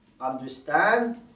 understand